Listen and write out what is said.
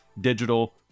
Digital